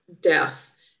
death